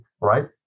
right